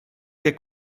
che